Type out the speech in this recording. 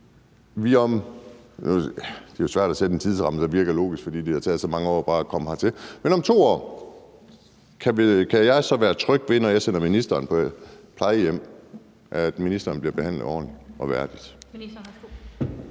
Det er svært at sætte en tidsramme, der virker logisk, fordi det har taget så mange år bare at komme hertil, men kan jeg om 2 år, når jeg sender ministeren på plejehjem, være tryg ved, at ministeren bliver behandlet ordentligt og værdigt?